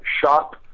Shop